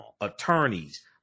attorneys